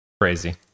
crazy